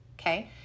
okay